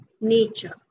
nature